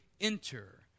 enter